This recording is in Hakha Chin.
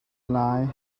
lai